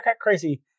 crazy